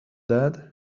that